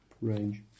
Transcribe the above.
range